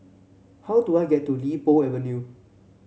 how do I get to Li Po Avenue